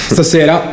Stasera